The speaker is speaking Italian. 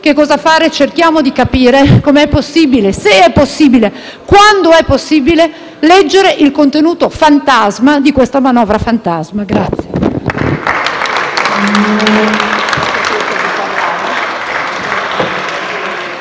che cosa fare e cerchiamo di capire com'è possibile, se è possibile, quando è possibile, leggere il contenuto fantasma di questa manovra fantasma.